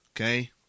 Okay